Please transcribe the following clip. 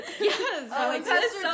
Yes